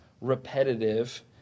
repetitive